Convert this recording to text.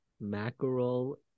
mackerel